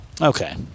Okay